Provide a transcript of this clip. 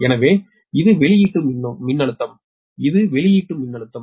எனவே இது வெளியீட்டு மின்னழுத்தம் இது வெளியீட்டு மின்னழுத்தம்